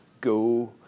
go